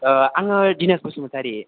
आङो दिनेस बसुमतारि